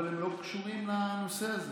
אבל הם לא קשורים לנושא הזה.